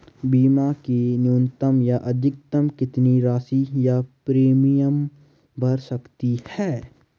बीमा की न्यूनतम या अधिकतम कितनी राशि या प्रीमियम भर सकते हैं?